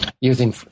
using